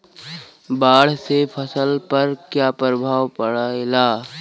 बाढ़ से फसल पर क्या प्रभाव पड़ेला?